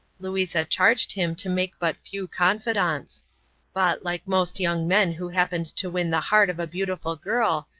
louisa charged him to make but few confidants but like most young men who happened to win the heart of a beautiful girl,